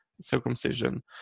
circumcision